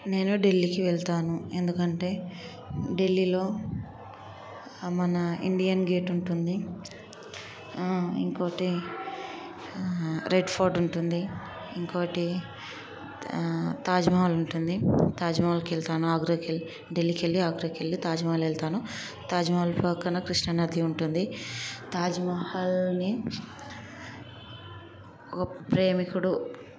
నేను ఢిల్లీకి వెళతాను ఎందుకంటే ఢిల్లీలో మన ఇండియన్ గేట్ ఉంటుంది ఇంకోకటి రెడ్ ఫోర్ట్ ఉంటుంది ఇంకోకటి తాజ్మహల్ ఉంటుంది తాజ్మహల్కి వెళతాను ఆగ్రాకి వెళ్ళి ఢిల్లీకి వెళ్ళి ఆగ్రాకి వెళ్ళి తాజ్మహల్కి వెళతాను తాజ్మహల్ ప్రక్కన కృష్ణానది ఉంటుంది తాజ్మహల్ని ఒక ప్రేమికుడు